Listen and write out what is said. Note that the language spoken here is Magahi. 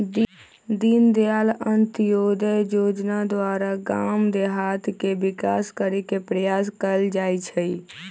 दीनदयाल अंत्योदय जोजना द्वारा गाम देहात के विकास करे के प्रयास कएल जाइ छइ